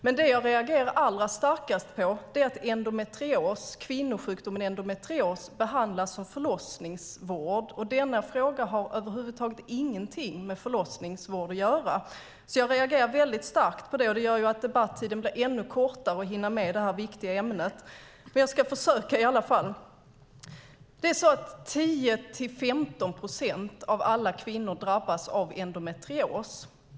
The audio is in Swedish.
Men det jag reagerar allra starkast på är att kvinnosjukdomen endometrios behandlas som förlossningsvård. Denna fråga har över huvud taget ingenting med förlossningsvård att göra. Detta gör också att debattiden blir ännu kortare och att det blir svårt att hinna med detta viktiga ämne. Jag ska försöka i alla fall. 10-15 procent av alla kvinnor drabbas av endometrios.